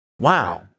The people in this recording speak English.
Wow